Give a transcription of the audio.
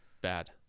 bad